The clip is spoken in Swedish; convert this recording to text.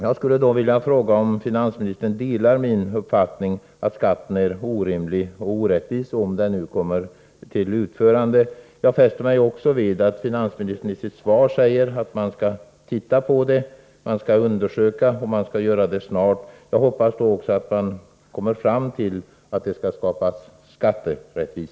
Jag vill fråga finansministern om han delar min uppfattning att skatten — om detta genomförs — är orimlig och orättvis. Jag noterar att finansministern i svaret säger att man skall se på detta. Man skall undersöka saken, och det skall ske snart. Jag hoppas att man då kommer fram till att skatterättvisa måste skapas.